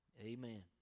Amen